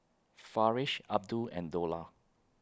Farish Abdul and Dollah